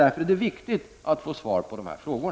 Därför är det viktigt att få svar på dessa frågor.